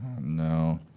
no